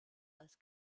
als